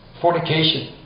fornication